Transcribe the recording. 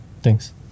Thanks